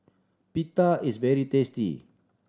pita is very tasty